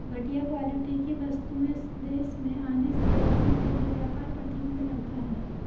घटिया क्वालिटी की वस्तुएं देश में आने से रोकने के लिए व्यापार प्रतिबंध लगता है